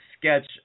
sketch